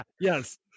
yes